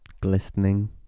glistening